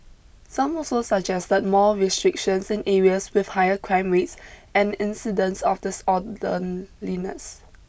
some also suggested that more restrictions in areas with higher crime rates and incidents of disorderliness